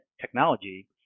Technology